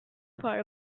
for